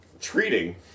Treating